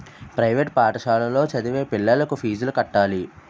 private పాఠశాలలో చదివే పిల్లలకు ఫీజులు కట్టాలి